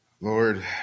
Lord